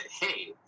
hey